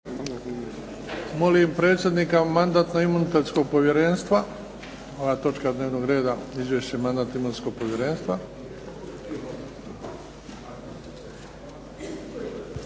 Molim predsjednika Mandatno-imunitetskog povjerenstva. Ova točka dnevnog reda Izvješće Mandatno-imunitetskog povjerenstva.